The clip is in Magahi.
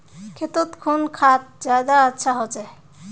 खेतोत कुन खाद ज्यादा अच्छा होचे?